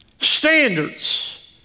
standards